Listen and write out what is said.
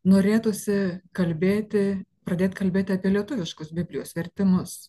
norėtųsi kalbėti pradėt kalbėti apie lietuviškus biblijos vertimus